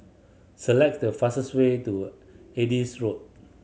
select the fastest way to Adis Road